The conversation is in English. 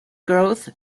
growth